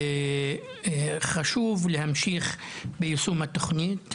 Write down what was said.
חשוב להמשיך ביישום התוכנית,